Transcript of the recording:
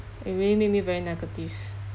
it really made me very negative